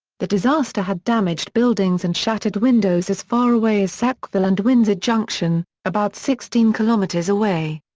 the disaster had damaged buildings and shattered windows as far away as sackville and windsor junction, about sixteen kilometres away.